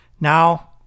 Now